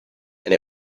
and